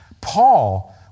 Paul